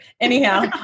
anyhow